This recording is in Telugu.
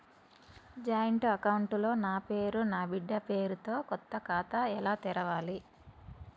జాయింట్ అకౌంట్ లో నా పేరు నా బిడ్డే పేరు తో కొత్త ఖాతా ఎలా తెరవాలి?